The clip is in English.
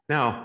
Now